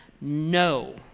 No